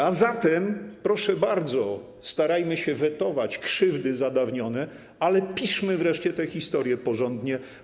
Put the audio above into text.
A zatem proszę bardzo, starajmy się wetować krzywdy zadawnione, ale piszmy wreszcie tę historię porządnie.